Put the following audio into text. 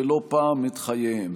ולא פעם את חייהם.